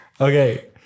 okay